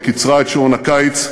היא קיצרה את שעון הקיץ,